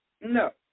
no